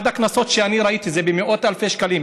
אחד הקנסות שאני ראיתי זה במאות אלפי שקלים.